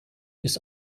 ist